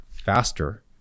faster